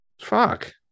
fuck